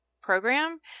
program